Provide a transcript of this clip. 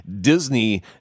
Disney